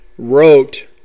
Wrote